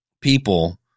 people